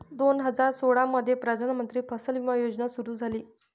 दोन हजार सोळामध्ये प्रधानमंत्री फसल विमा योजना सुरू झाली